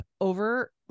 over